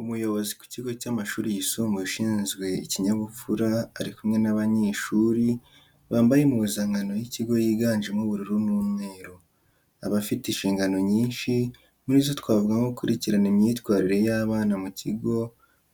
Umuyobozi ku kigo cy'amashuri yisumbuye ushinzwe ikinyabupfura ari kumwe n'abanyeshuri, bambaye impuzankano y'ikigo yiganjemo ubururu n'umweru. Aba afite inshingano nyinshi, muri zo twavuga nko gukurikirana imyitwarire y’abana mu kigo